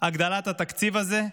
הגדלת התקציב הזה,